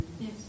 yes